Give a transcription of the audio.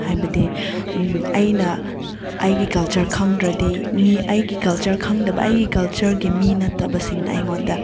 ꯍꯥꯏꯕꯗꯤ ꯑꯩꯅ ꯑꯩꯒꯤ ꯀꯜꯆꯔ ꯈꯪꯗ꯭ꯔꯗꯤ ꯃꯤ ꯑꯩꯒꯤ ꯀꯜꯆꯔ ꯈꯪꯗꯕ ꯑꯩꯒꯤ ꯀꯜꯆꯔꯒꯤ ꯃꯤ ꯅꯠꯇꯕꯁꯤꯡꯅ ꯑꯩꯉꯣꯟꯗ